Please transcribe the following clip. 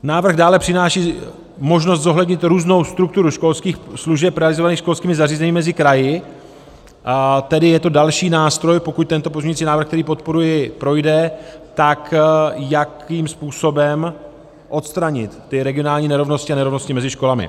Návrh dále přináší možnost zohlednit různou strukturu školských služeb realizovaných školskými zařízeními mezi kraji, tedy je to další nástroj, pokud tento pozměňující návrh, který podporuji, projde, jakým způsobem odstranit ty regionální nerovnosti a nerovnosti mezi školami.